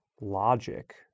logic